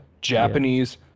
Japanese